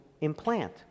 implant